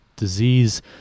Disease